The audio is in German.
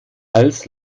als